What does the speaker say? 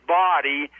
body